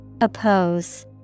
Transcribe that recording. Oppose